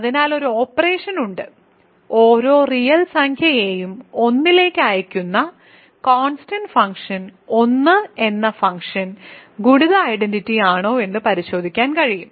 അതിനാൽ ഒരു ഓപ്പറേഷൻ ഉണ്ട് ഓരോ റിയൽ സംഖ്യയെയും 1 ലേക്ക് അയയ്ക്കുന്ന കോൺസ്റ്റന്റ് ഫംഗ്ഷൻ 1 എന്ന ഫംഗ്ഷൻ ഗുണിത ഐഡന്റിറ്റി ആണോ എന്ന് പരിശോധിക്കാൻ കഴിയും